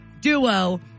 duo